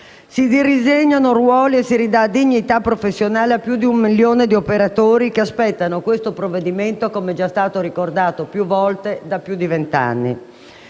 Si ridisegnano ruoli e si ridà dignità professionale a più di un milione di operatori che aspettano questo provvedimento, come già ricordato più volte, da più di venti anni.